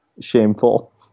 shameful